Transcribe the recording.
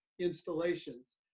installations